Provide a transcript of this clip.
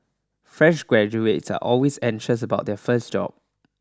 fresh graduates are always anxious about their first job